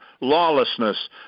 lawlessness